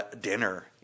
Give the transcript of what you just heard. dinner